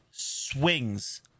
swings